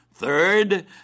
Third